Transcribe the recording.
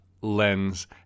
lens